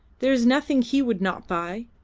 there is nothing he would not buy,